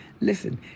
Listen